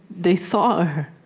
they saw her,